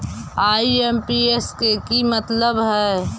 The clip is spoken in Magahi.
आई.एम.पी.एस के कि मतलब है?